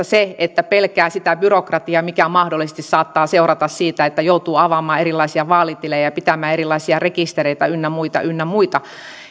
se että pelkää sitä byrokratiaa mikä mahdollisesti saattaa seurata siitä että joutuu avaamaan erilaisia vaalitilejä ja pitämään erilaisia rekistereitä ynnä muita ynnä muita